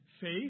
Faith